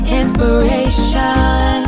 inspiration